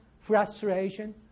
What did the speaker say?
frustration